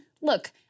look